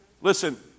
Listen